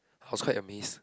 was quite amazed